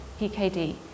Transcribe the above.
PKD